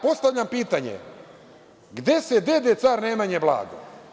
Postavljam pitanje – gde se dede car Nemanja blago?